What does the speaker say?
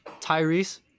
Tyrese